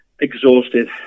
exhausted